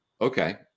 Okay